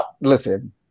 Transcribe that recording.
listen